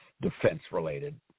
defense-related